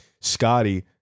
scotty